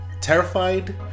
terrified